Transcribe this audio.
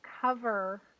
cover